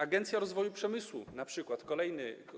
Agencja Rozwoju Przemysłu na przykład,